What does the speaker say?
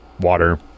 water